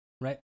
right